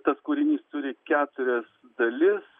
tas kūrinys turi keturias dalis